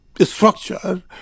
structure